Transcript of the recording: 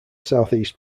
southeast